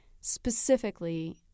Specifically